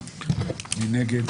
מי נגד?